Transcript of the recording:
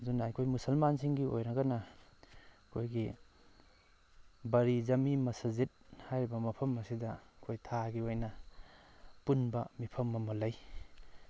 ꯑꯗꯨꯅ ꯑꯩꯈꯣꯏ ꯃꯨꯁꯜꯃꯥꯟꯁꯤꯡꯒꯤ ꯑꯣꯏꯔꯒꯅ ꯑꯩꯈꯣꯏꯒꯤ ꯕꯔꯤꯖꯃꯤ ꯃꯁꯖꯤꯠ ꯍꯥꯏꯔꯤꯕ ꯃꯐꯝ ꯑꯁꯤꯗ ꯑꯩꯈꯣꯏ ꯊꯥꯒꯤ ꯑꯣꯏꯅ ꯄꯨꯟꯕ ꯃꯤꯐꯝ ꯑꯃ ꯂꯩ